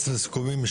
לסיכומים.